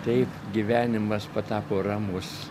taip gyvenimas patapo ramus